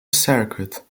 circuit